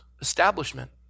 establishment